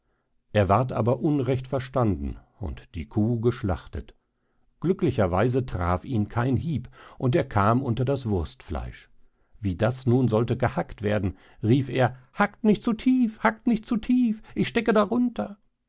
er ward aber unrecht verstanden und die kuh geschlachtet glücklicher weise traf ihn kein hieb und er kam unter das wurstfleisch wie das nun sollte gehackt werden rief er hackt nicht zu tief hackt nicht zu tief ich stecke darunter